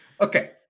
Okay